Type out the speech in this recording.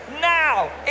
now